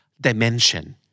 Dimension